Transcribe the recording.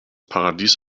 paradies